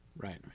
Right